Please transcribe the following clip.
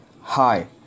Hi